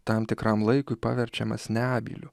tam tikram laikui paverčiamas nebyliu